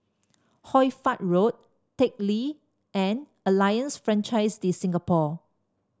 Hoy Fatt Road Teck Lee and Alliance Francaise de Singapour